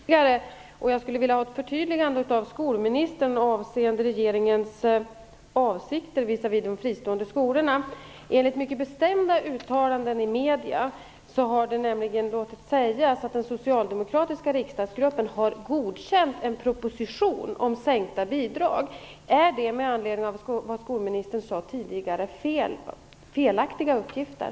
Herr talman! Jag skulle vilja återgå till en diskussion som fördes här tidigare genom att begära ett förtydligande från skolministern avseende regeringens avsikter visavi de fristående skolorna. Enligt mycket bestämda uttalanden i medierna har det sagts att den socialdemokratiska riksdagsgruppen har godkänt en proposition om sänkta bidrag. Med anledning av vad skolministern sade här tidigare vill jag fråga om detta är felaktiga uppgifter.